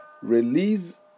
release